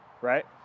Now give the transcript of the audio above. right